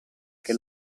che